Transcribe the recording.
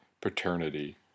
paternity